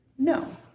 No